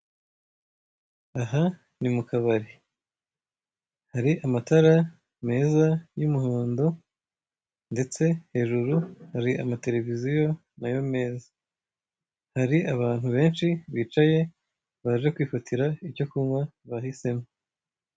Aha ni mukabari hari amatara meza yumuhondo ndetse hejuru hari amatereviziyo nayo meza , hari abantu benshi bicaye baje kwifatira icyokunkwa bahisemo.